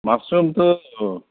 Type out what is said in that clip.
মাছৰুমটো